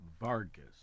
Vargas